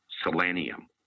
selenium